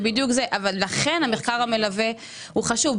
ולכן מחקר מלווה הוא חשוב.